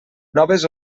noves